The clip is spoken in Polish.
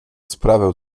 sprawę